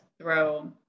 throw